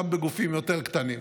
גם בגופים יותר קטנים.